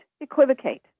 equivocate